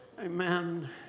Amen